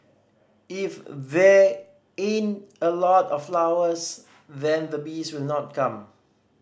if they in a lot of flowers then the bees will not come